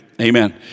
amen